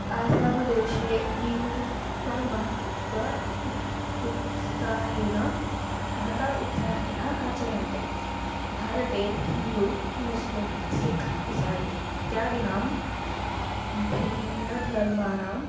आसामदेशे बीहु वा महता उत उत्साहेन महता उत्साहेन आचर्यते भारते हिन्दु मुस्लिम् सिख् इसायि इत्यादीनां भिन्नधर्माणाम्